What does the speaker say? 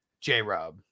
J-Rob